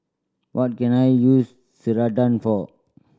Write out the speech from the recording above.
what can I use Ceradan for